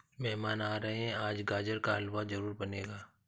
मेहमान आ रहे है, आज गाजर का हलवा जरूर बनेगा